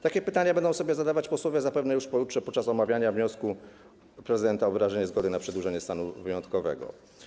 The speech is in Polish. Takie pytania będą sobie zadawać posłowie zapewne już pojutrze podczas omawiania wniosku prezydenta o wyrażenie zgody na przedłużenie stanu wyjątkowego.